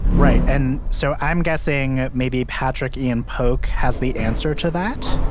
right. and so i'm guessing maybe patrik-ian polk has the answer to that,